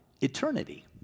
eternity